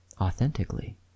authentically